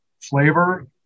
flavor